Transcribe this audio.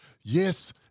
Yes